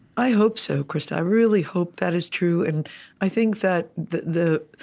i hope so, krista. i really hope that is true. and i think that the the